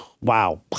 wow